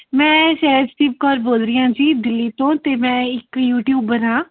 ਮੈਂ ਸਹਿਜਦੀਪ ਕੌਰ ਬੋਲ ਰਹੀ ਹਾਂ ਜੀ ਦਿੱਲੀ ਤੋਂ ਅਤੇ ਮੈਂ ਇੱਕ ਯੂਟਿਊਬਰ ਹਾਂ